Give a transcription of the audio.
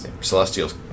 Celestial's